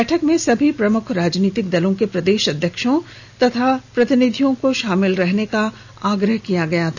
बैठक में सभी प्रमुख राजनीतिक दलों के प्रदेश अध्यक्षों अथवा प्रतिनिधियों को शामिल रहने का आग्रह किया गया था